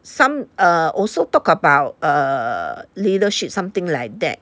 some err also talk about err leadership something like that